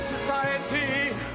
society